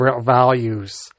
values